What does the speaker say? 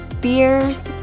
fears